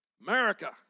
America